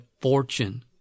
fortune